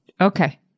Okay